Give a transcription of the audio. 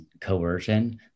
coercion